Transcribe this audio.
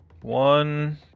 one